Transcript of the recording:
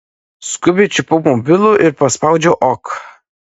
skubiai čiupau mobilų ir paspaudžiau ok